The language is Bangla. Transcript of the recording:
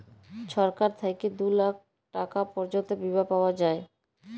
ছরকার থ্যাইকে দু লাখ টাকা পর্যল্ত বীমা পাউয়া যায়